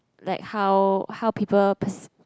like how how people perce~